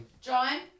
John